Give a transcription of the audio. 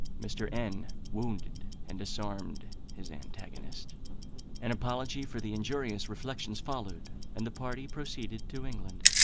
mr. n wounded and disarmed his antagonist an apology for the injurious reflections followed, and the party proceeded to england.